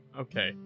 Okay